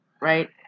right